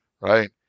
right